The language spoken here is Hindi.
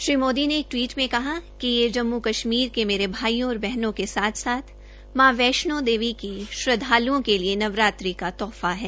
श्री मोदी ने एक टिवीट में कहा कि यह जम्मू कश्मीर के मेरे भाईयो और बहनों के साथ साथ मां वैष्णो देवी के श्रद्वाल्ओं के लिए नवरात्र का तोहफाहै